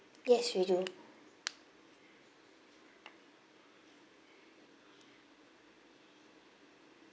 yes we do